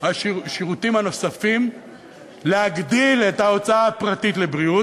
השירותים הנוספים להגדיל את ההוצאה הפרטית לבריאות.